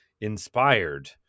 inspired